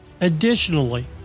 Additionally